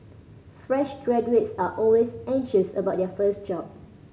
fresh graduates are always anxious about their first job